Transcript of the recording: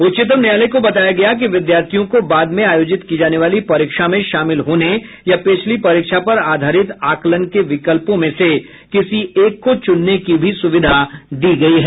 उच्चतम न्यायालय को बताया गया कि विद्यार्थयिों को बाद में आयोजित की जाने वाली परीक्षा में शामिल होने या पिछली परीक्षा पर आधारित आकलन के विकल्पों में से किसी एक को चुनने की भी सुविधा दी गयी है